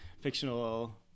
fictional